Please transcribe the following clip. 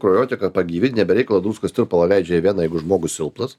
kraujotaką pagydai ne be reikalo druskos tirpalą leidžia į veną jeigu žmogus silpnas